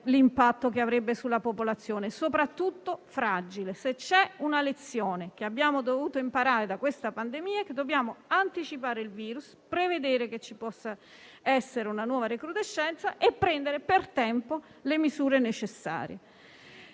l'impatto che avrebbe sulla popolazione, soprattutto fragile. Se c'è una lezione che abbiamo dovuto imparare da questa pandemia, è che dobbiamo anticipare il virus, prevedere che ci possa essere una nuova recrudescenza e prendere per tempo le misure necessarie.